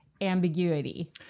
ambiguity